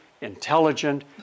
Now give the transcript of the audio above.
intelligent